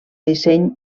disseny